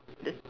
then